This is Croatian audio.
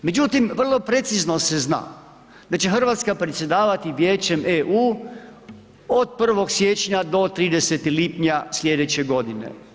Međutim, vrlo precizno se zna, da će Hrvatska predsjedavati Vijećem EU od 1. siječnja do 30. lipnja sljedeće godine.